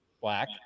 black